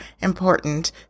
important